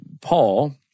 Paul